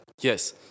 Yes